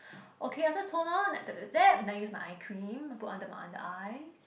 okay after toner dap dap dap then I use my eye cream I put under my under eyes